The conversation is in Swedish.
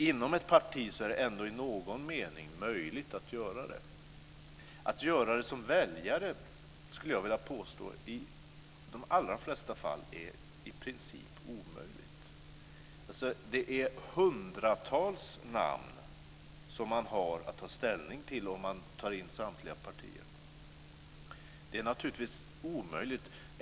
Inom ett parti är det ändå i någon mening möjligt att göra det. Att göra det som väljare är i de allra flesta fall, skulle jag vilja påstå, i princip omöjligt. Det är hundratals namn som man har att ta ställning till om man tar in samtliga partier. Det är naturligtvis omöjligt.